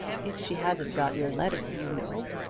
if she hasn't got your letter, you know,